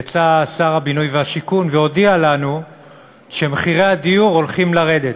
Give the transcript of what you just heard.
יצא שר הבינוי והשיכון והודיע לנו שמחירי הדיור הולכים לרדת,